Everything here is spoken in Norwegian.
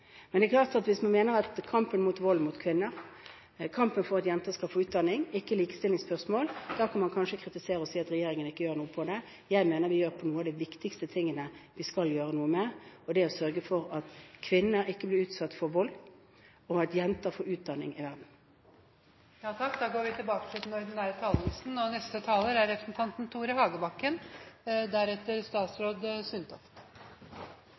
Men vi har også laget et kompromiss hvor vi har blitt enige på Stortinget om at vi ikke skal ha så sterke incentiver knyttet til det. Det er klart at hvis man mener at kampen mot vold mot kvinner, og kampen for at jenter skal få utdanning, ikke er likestillingsspørsmål, kan man kanskje kritisere regjeringen og si at den ikke gjør noe på det. Jeg mener vi gjør noe med noen av de viktigste tingene vi skal gjøre noe med, og det er å sørge for at kvinner ikke blir utsatt for vold, og at jenter får utdanning. Replikkordskiftet er